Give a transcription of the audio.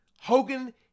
Hogan